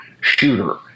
shooter